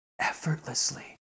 Effortlessly